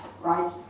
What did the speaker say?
right